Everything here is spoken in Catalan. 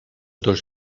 dos